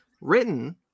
written